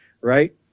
right